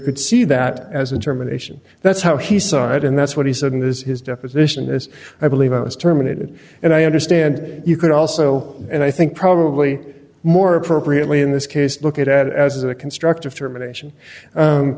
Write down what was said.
could see that as a germination that's how he saw it and that's what he said in this his deposition as i believe i was terminated and i understand you could also and i think probably more appropriately in this case look at it as a constructive termination